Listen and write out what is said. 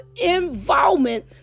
involvement